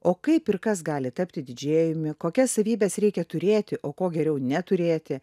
o kaip ir kas gali tapti didžėjumi kokias savybes reikia turėti o ko geriau neturėti